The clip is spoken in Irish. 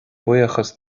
buíochas